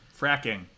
Fracking